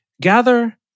Gather